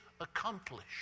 accomplished